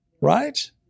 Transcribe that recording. Right